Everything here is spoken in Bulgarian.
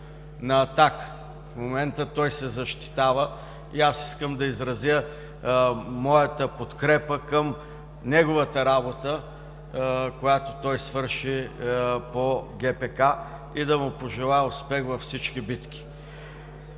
на атака. В момента той се защитава и аз искам да изразя моята подкрепа към неговата работа, която той свърши по ГПК, и да му пожелая успех във всички битки.